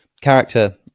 character